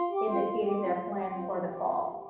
indicating their plans for the fall.